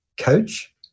coach